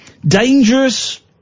dangerous